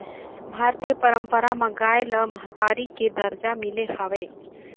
भारतीय पंरपरा म गाय ल महतारी के दरजा मिले हवय